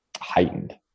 heightened